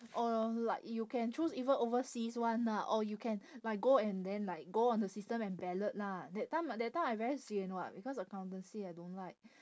or like you can choose even overseas one lah or you can like go and then like go on the system and ballot lah that time I that time I very sian [what] because accountancy I don't like